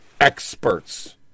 experts